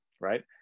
right